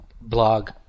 blog